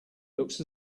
looks